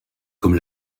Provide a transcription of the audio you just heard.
comme